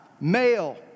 male